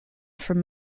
from